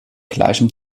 gleichem